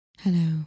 Hello